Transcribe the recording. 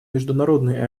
международный